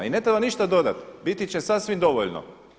I ne treba ništa dodati, biti će sasvim dovoljno.